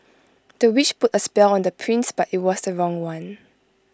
the witch put A spell on the prince but IT was the wrong one